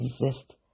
exist